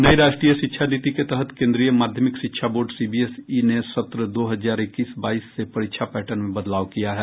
नई राष्ट्रीय शिक्षा नीति के तहत केन्द्रीय माध्यमिक शिक्षा बोर्ड सीबीएसई ने सत्र दो हजार इक्कीस बाईस से परीक्षा पैटर्न में बदलाव किया है